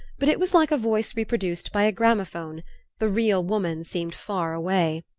but it was like a voice reproduced by a gramophone the real woman seemed far away.